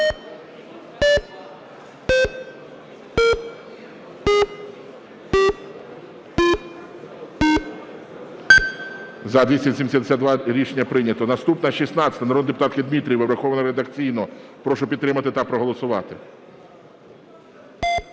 За-272 Рішення прийнято. Наступна – 16-а народної депутатки Дмитрієвої. Врахована редакційно. Прошу підтримати та проголосувати.